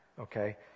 okay